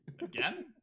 Again